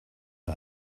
are